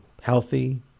healthy